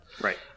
Right